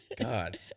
God